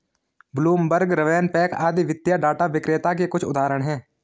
Bloomberg, RavenPack आदि वित्तीय data विक्रेता के कुछ उदाहरण हैं